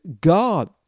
God